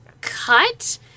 cut